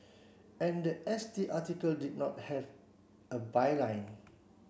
and the S T article did not have a byline